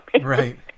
Right